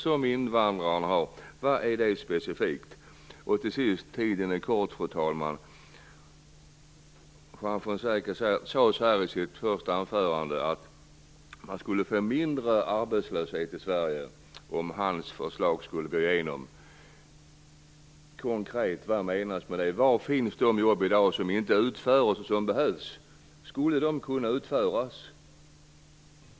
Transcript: Jag skulle då vilja fråga: Vilken är den, specifikt? Till sist, fru talman: Juan Fonseca sade i sitt första anförande att man skulle få mindre arbetslöshet i Sverige om hans förslag gick igenom. Vad menas med det, konkret? Var finns de jobb som inte utförs men som behövs i dag? Skulle de kunna utföras?